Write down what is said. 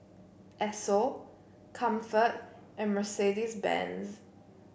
Esso Comfort and Mercedes Benz